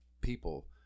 people